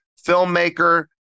filmmaker